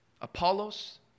Apollos